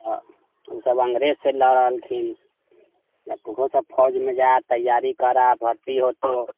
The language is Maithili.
आ ओसभ अंग्रेजसँ लड़लखिन आ तोहूँसभ फौजमे जा तैयारी करह भर्ती हेतौ